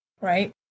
right